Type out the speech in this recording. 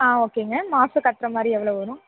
ஆ ஓகேங்க மாதம் கட்டுற மாதிரி எவ்வளோ வரும்